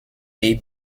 pays